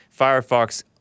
Firefox